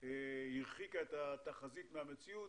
הרחיקה את התחזית מהמציאות,